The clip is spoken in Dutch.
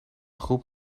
groep